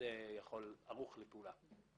והשדה ערוך לפעולה.